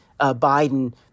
Biden